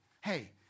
Hey